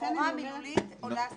לכאורה מילולית עולה סתירה,